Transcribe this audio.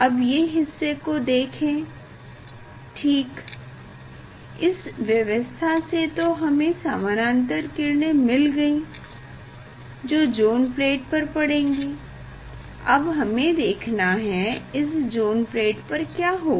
अब ये हिस्से को देखें ठीक इस व्यवस्था से तो हमें समानांतर किरणें मिल गयी जो ज़ोन प्लेट पर पड़ेंगी अब हमें देखना है इस ज़ोन प्लेट पर क्या होगा